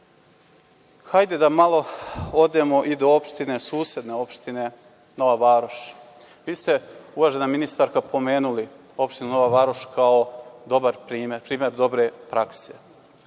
ljudi. Hajde da malo odemo i do opštine, susedne opštine Nova Varoš. Vi ste, uvažena ministarka, pomenuli opštinu Nova Varoš kao dobar primer, primer dobre prakse.